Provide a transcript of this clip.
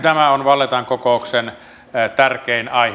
tämä on vallettan kokouksen tärkein aihe